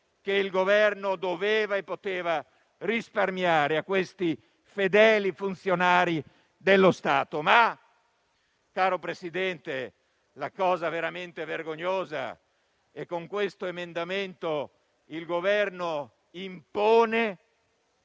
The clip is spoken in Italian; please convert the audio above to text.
che il Governo doveva e poteva risparmiare a questi fedeli funzionari dello Stato. Caro Presidente, la cosa però veramente vergognosa è che con questo emendamento il Governo impone